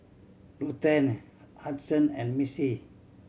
Ruthanne Hudson and Missy